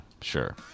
sure